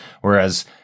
whereas